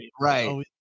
right